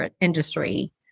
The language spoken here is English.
industry